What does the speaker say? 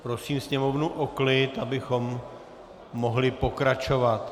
Prosím sněmovnu o klid, abychom mohli pokračovat....